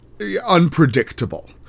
Unpredictable